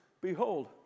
Behold